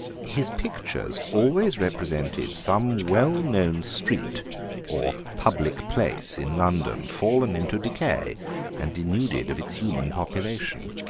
his pictures always represented some well-known street or public place in london, fallen into decay and denuded of its human population,